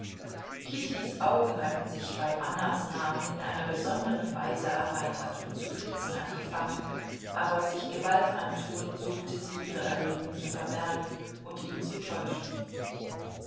kittys augen hatten sich bei annas namen in einer besonderen weise erweitert und zu blitzen angefangen aber sich gewalt antuend suchte sie ihre erregung zu verbergen und ihn zu täuschen